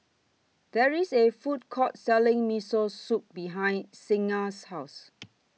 There IS A Food Court Selling Miso Soup behind Signa's House